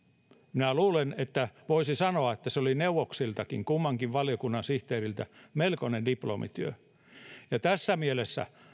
minä luulen että voisi sanoa että se oli neuvoksiltakin kummankin valiokunnan sihteeriltä melkoinen diplomityö tässä mielessä